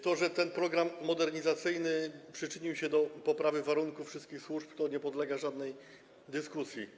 To, że ten program modernizacyjny przyczynił się do poprawy warunków w przypadku wszystkich służb, nie podlega żadnej dyskusji.